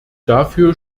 dafür